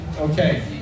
Okay